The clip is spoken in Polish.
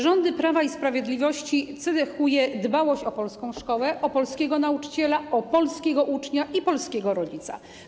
Rządy Prawa i Sprawiedliwości cechuje dbałość o polską szkołę, o polskiego nauczyciela, o polskiego ucznia i polskiego rodzica.